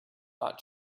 not